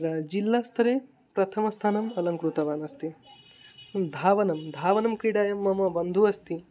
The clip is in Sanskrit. सा जिलस्तरे प्रथमं स्थानम् अलङ्कृतवान् अस्ति धावनं धावनं क्रीडायां मम बन्धुः अस्ति